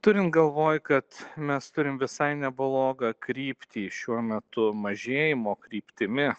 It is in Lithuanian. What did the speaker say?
turint galvoj kad mes turim visai neblogą kryptį šiuo metu mažėjimo kryptimi